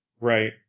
Right